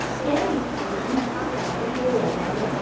game on the eastern side of the alleghanies,